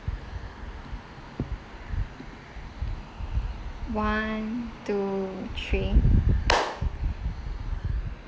one two three